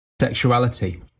sexuality